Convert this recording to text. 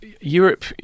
Europe